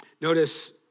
Notice